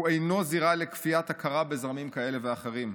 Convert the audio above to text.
הוא אינו זירה לכפיית הכרה בזרמים כאלה ואחרים.